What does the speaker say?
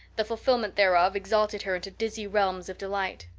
the fulfillment thereof exalted her to dizzy realms of delight.